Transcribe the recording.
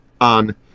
on